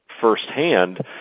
firsthand